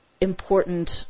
important